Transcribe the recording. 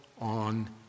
on